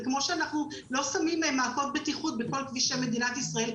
זה כמו שאנחנו לא שמים מעקות בטיחות בכל כבישי מדינת ישראל,